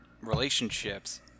relationships